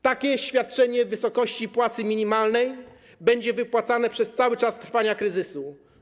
Takie świadczenie w wysokości płacy minimalnej będzie wypłacane przez cały czas trwania kryzysu.